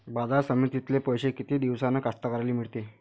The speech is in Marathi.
बाजार समितीतले पैशे किती दिवसानं कास्तकाराइले मिळते?